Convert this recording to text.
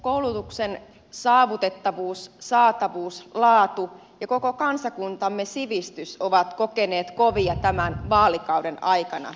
koulutuksen saavutettavuus saatavuus laatu ja koko kansakuntamme sivistys ovat kokeneet kovia tämän vaalikauden aikana